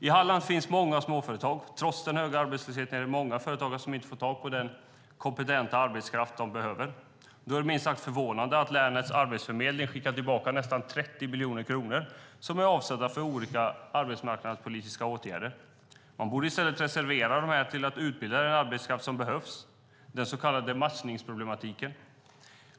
I Halland finns många småföretag, men trots den höga arbetslösheten är det många företagare som inte får tag på den kompetenta arbetskraft de behöver. Då är det minst sagt förvånande att länets arbetsförmedling skickar tillbaka nästan 30 miljoner som är avsedda för olika arbetsmarknadspolitiska åtgärder. Man borde i stället reservera de pengarna för att utbilda den arbetskraft som behövs. Det handlar om den så kallade matchningsproblematiken.